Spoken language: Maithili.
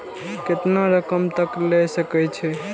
केतना रकम तक ले सके छै?